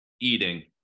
eating